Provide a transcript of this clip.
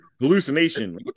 hallucination